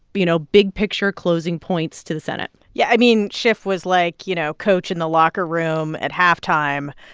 you know, big-picture closing points to the senate yeah. i mean, schiff was like, you know, coach in the locker room at halftime,